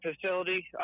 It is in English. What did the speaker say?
facility